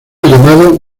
llamado